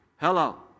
Hello